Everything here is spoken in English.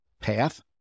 path